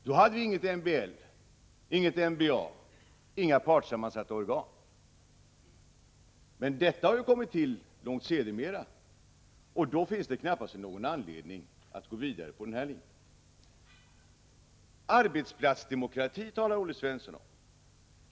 Då hade vi ingen MBL, inget MBA och inga partssammansatta organ, utan detta har kommit till långt senare, och då finns det knappast någon anledning att gå vidare på den linjen. Arbetsplatsdemokrati talar Olle Svensson om.